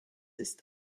ist